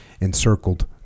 encircled